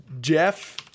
Jeff